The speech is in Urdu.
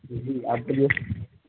جی آپ کا جو